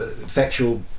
factual